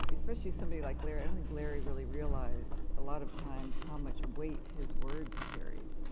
especially somebody like larry, i don't think larry really realized a lot of times how much weight his words carried.